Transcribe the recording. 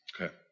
okay